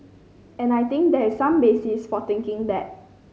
and I think there is some basis for thinking that